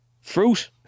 fruit